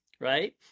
right